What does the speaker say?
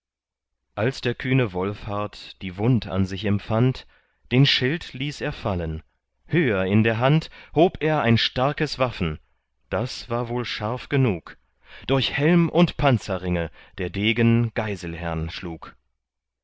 als der kühne wolfhart die wund an sich empfand den schild ließ er fallen höher in der hand hob er ein starkes waffen das war wohl scharf genug durch helm und panzerringe der degen geiselhern schlug